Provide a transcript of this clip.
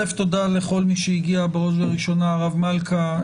תודה לכל מי שהגיע בראש ובראשונה הרב מלכא,